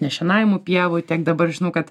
nešienaujamų pievų tiek dabar žinau kad